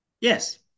Yes